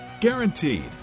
Guaranteed